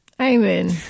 Amen